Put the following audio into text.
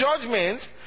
judgments